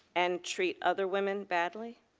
and three other women badly?